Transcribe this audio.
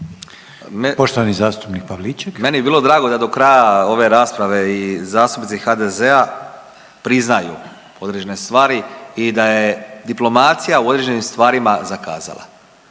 (Hrvatski suverenisti)** Meni bi bilo drago da do kraja ove rasprave i zastupnici HDZ-a priznaju određene stvari i da je diplomacija u određenim stvarima zakazala.